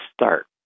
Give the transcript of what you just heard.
start